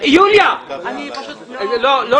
אנחנו